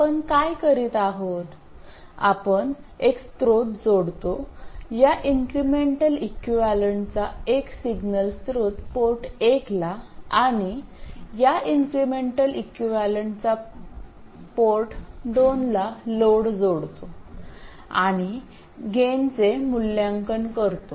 आपण काय करीत आहोत आपण एक स्रोत जोडतो या इन्क्रिमेंटल इक्विवलेंटचा एक सिग्नल स्त्रोत पोर्ट एकला आणि या इन्क्रिमेंटल इक्विवलेंटचा पोर्ट दोनला लोड जोडतो आणि गेनचे मूल्यांकन करतो